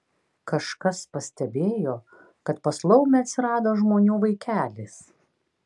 kažkas pastebėjo kad pas laumę atsirado žmonių vaikelis